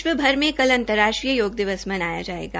विश्वभर में कल अंतर्राष्ट्री योग दिवस मनाया जायेगा